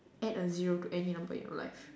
add a zero to any number in your life